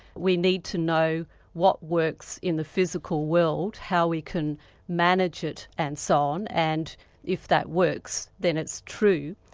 we need to know what works in the physical world, how we can manage it and so on, and if that works, then it's true.